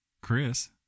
Chris